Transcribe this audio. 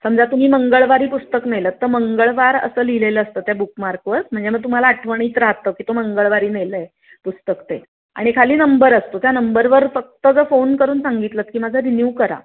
समजा तुम्ही मंगळवारी पुस्तक नेलं तर मंगळवार असं लिहिलेलं असतं त्या बुकमार्कवर म्हणजे मग तुम्हाला आठवणीत राहतं की तो मंगळवारी नेलं आहे पुस्तक ते आणि खाली नंबर असतो त्या नंबरवर फक्त जर फोन करून सांगितलं की माझा रिन्यू करा